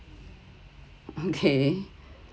okay